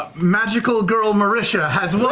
magical girl marisha has